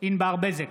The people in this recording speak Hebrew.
ענבר בזק,